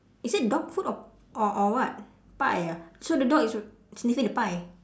is it dog food or or or what pie ah so the dog is sniffing the pie